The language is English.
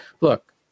Look